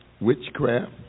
witchcraft